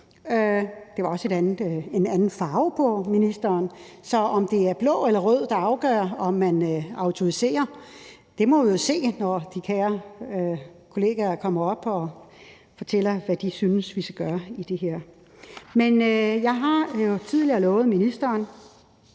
der var også en anden farve på ministeren. Så om det er blå eller rød, der afgør, om man autoriserer, må vi jo se, når de kære kollegaer kommer op og fortæller, hvad de synes, vi skal gøre her. Men jeg har jo tidligere lovet ministeren,